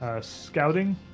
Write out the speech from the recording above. Scouting